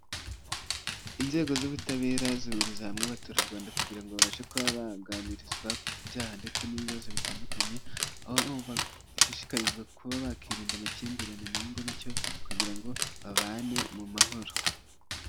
Inzego z'ubutabera zihuriza hamwe abaturarwanda kugira ngo babashe kuba baganirizwa ku byaha ndetse n'ibibazo bitandukanye, aho bashishikarizwa kuba bakirinda amakimbirane mu ngo bityo kugira ngo babane mu mahoro.